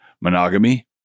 Monogamy